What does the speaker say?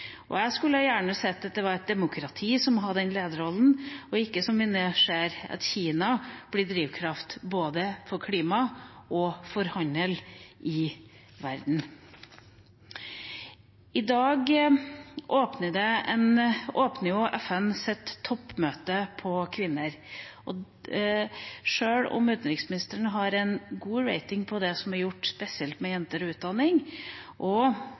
Jeg skulle gjerne sett at det var et demokrati som hadde den lederrollen, og ikke, som vi nå ser, at Kina blir drivkraft både for klima og for handel i verden. I dag åpner FNs toppmøte om kvinner. Sjøl om utenriksministeren har en god rating på det som er gjort spesielt med jenter og utdanning, og